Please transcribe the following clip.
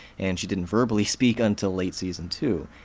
and she didn't verbally speak until late season two.